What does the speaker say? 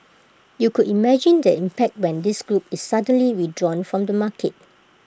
you could imagine the impact when this group is suddenly withdrawn from the market